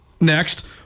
Next